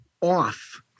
off